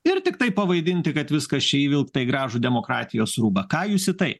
ir tiktai pavaidinti kad viskas čia įvilkta į gražų demokratijos rūbą ką jūs į tai